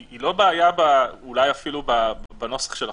היא לא בעיה בנוסח של החוק,